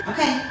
Okay